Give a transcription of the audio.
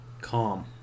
calm